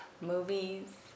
movies